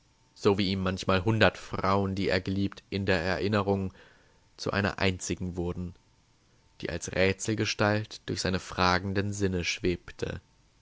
sowie ihm manchmal hundert frauen die er geliebt in der erinnerung zu einer einzigen wurden die als rätselgestalt durch seine fragenden sinne schwebte